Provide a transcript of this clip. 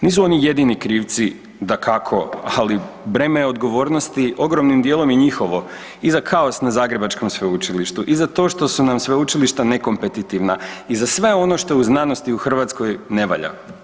Nisu oni jedini krivci dakako ali breme odgovornosti ogromnim dijelom je njihovo i za kaos na Zagrebačkom sveučilištu i za to što su nam sveučilišta nekompetitivna i za sve ono što u znanosti u Hrvatskoj ne valja.